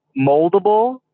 moldable